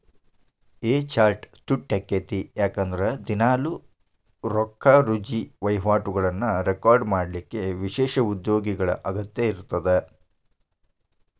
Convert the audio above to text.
A chart ತುಟ್ಯಾಕ್ಕೇತಿ ಯಾಕಂದ್ರ ದಿನಾಲೂ ರೊಕ್ಕಾರುಜಿ ವಹಿವಾಟುಗಳನ್ನ ರೆಕಾರ್ಡ್ ಮಾಡಲಿಕ್ಕ ವಿಶೇಷ ಉದ್ಯೋಗಿಗಳ ಅಗತ್ಯ ಇರ್ತದ